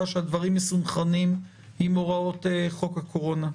שהדברים מסונכרנים עם הוראות חוק הקורונה.